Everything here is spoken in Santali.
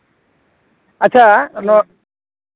ᱟᱪᱪᱷᱟ ᱱᱚᱣᱟ